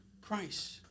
Christ